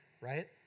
right